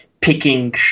picking